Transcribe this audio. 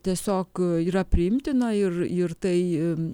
tiesiog yra priimtina ir ir tai